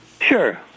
Sure